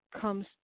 comes